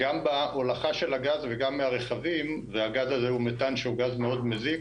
גם בהולכה של הגז וגם מהרכבים והגז הזה הוא מתאן שהוא גז מאוד מזיק,